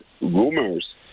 rumors